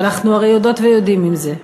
והרי אנחנו הרי יודעות ויודעים מה הוא.